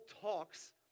talks